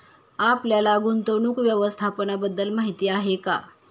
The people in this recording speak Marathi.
आपल्याला गुंतवणूक व्यवस्थापनाबद्दल काही माहिती आहे का?